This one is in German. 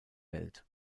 welt